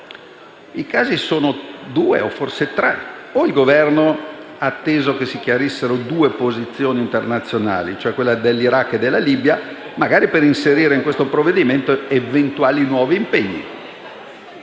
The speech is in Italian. I casi sono due, forse tre. O il Governo ha atteso che si chiarissero due posizioni internazionali, quella dell'Iraq e quella della Libia, magari per inserire in questo provvedimento eventuali nuovi impegni,